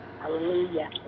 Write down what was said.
Hallelujah